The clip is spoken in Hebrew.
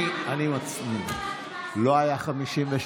לא, אני אגיד, אני רוצה להגיד עוד דבר.